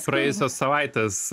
praėjusias savaites